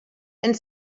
and